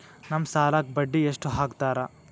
ನಮ್ ಸಾಲಕ್ ಬಡ್ಡಿ ಎಷ್ಟು ಹಾಕ್ತಾರ?